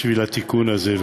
בתיקון הזה.